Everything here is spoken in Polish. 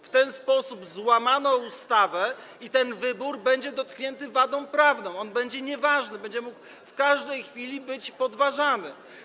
W ten sposób złamano ustawę i ten wybór będzie dotknięty wadą prawną, będzie nieważny, będzie mógł w każdej chwili być podważany.